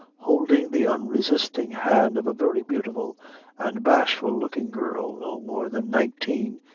holding the unresisting hand of a very beautiful and bashful-looking girl, not more than nineteen,